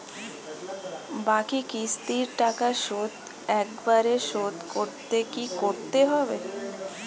বাকি কিস্তির টাকা শোধ একবারে শোধ করতে কি করতে হবে?